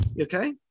Okay